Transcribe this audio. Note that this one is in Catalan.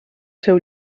seu